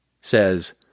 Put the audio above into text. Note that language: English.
says